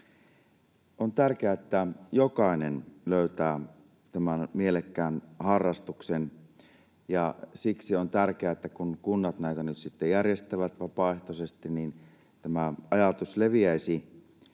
On tärkeää, että jokainen löytää tämän mielekkään harrastuksen, ja siksi on tärkeää, että kun kunnat näitä nyt sitten järjestävät vapaaehtoisesti, niin tämä ajatus leviäisi